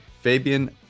Fabian